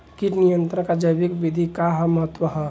कीट नियंत्रण क जैविक विधि क का महत्व ह?